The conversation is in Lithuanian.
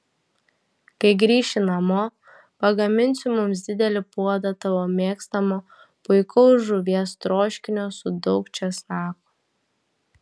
kai grįši namo pagaminsiu mums didelį puodą tavo mėgstamo puikaus žuvies troškinio su daug česnako